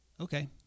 okay